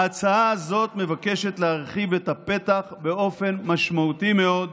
ההצעה הזאת מבקשת להרחיב את הפתח באופן משמעותי מאוד,